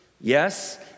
Yes